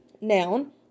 noun